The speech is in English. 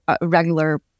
regular